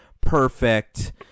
Perfect